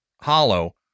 hollow